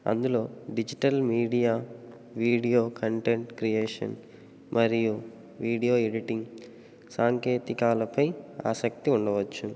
అందులో digital media video content creation మరియు video editing సాంకేతికాలపై ఆసక్తి ఉండవచ్చు